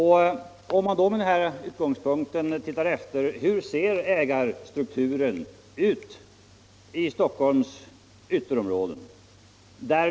Hur förhåller det sig då med ägarstrukturen i Stockholms ytterområden?